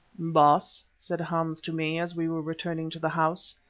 baas, said hans to me, as we were returning to the house,